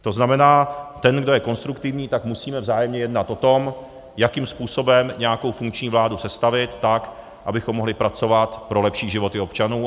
To znamená, ten, kdo je konstruktivní, tak musíme vzájemně jednat o tom, jakým způsobem nějakou funkční vládu sestavit tak, abychom mohli pracovat pro lepší životy občanů.